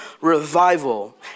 revival